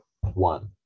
One